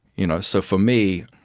you know so for me,